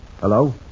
Hello